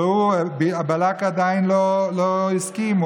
בלק עדיין לא הסכים.